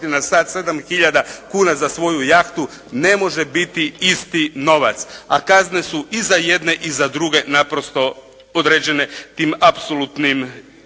na sad 7 tisuća kuna za svoju jahtu ne može biti isti novac, a kazne su i za jedne i za druge naprosto podređene tim apsolutnim